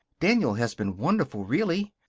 daniel has been wonderful, really.